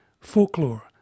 folklore